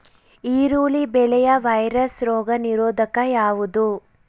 ಈರುಳ್ಳಿ ಬೆಳೆಯ ವೈರಸ್ ರೋಗ ನಿರೋಧಕ ಯಾವುದು?